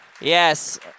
Yes